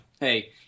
hey